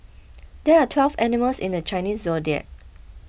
there are twelve animals in the Chinese zodiac